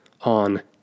on